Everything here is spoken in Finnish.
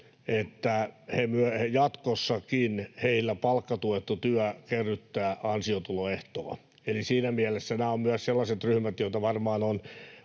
että jatkossakin heillä palkkatuettu työ kerryttää ansiotuloehtoa. Eli siinä mielessä nämä ovat myös sellaiset ryhmät, joita varmaan on